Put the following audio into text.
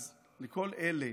אז לכל אלה